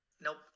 Nope